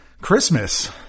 Christmas